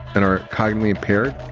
and are cognitively impaired.